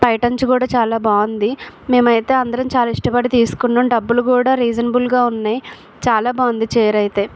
పైట అంచు కూడా చాలా బాగుంది మేము అయితే అందరం చాలా ఇష్టపడి తీసుకున్నాం డబ్బులు కూడా రీజనబుల్గా ఉన్నాయి చాలా బాగుంది చీర అయితే